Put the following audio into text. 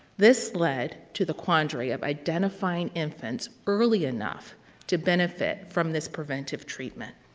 this led to the quandary of identifying infants early enough to benefit from this preventive treatment.